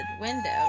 window